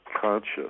conscious